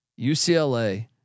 UCLA